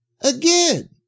Again